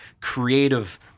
creative